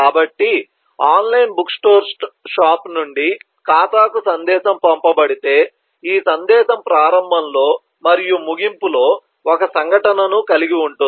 కాబట్టి online book store shop నుండి ఖాతాకు సందేశం పంపబడితే ఈ సందేశం ప్రారంభంలో మరియు ముగింపులో ఒక సంఘటనను కలిగి ఉంటుంది